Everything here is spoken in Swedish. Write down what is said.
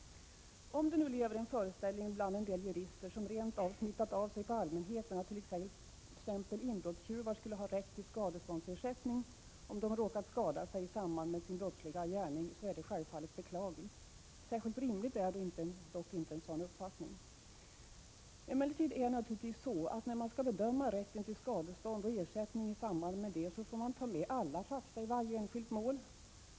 Om det nu finns en föreställning bland en del jurister som rent av smittat av sig på allmänheten om att t.ex. inbrottstjuvar skulle ha rätt till skadeståndsersättning om de råkar skada sig i samband med sin brottsliga gärning, är det självfallet beklagligt. Särskilt rimlig är dock inte en sådan uppfattning. Emellertid är det naturligtvis så att när man skall bedöma rätten till skadestånd och ersättning i samband med brott, får man ta med alla fakta i 109 varje enskilt mål.